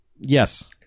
Yes